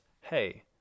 hey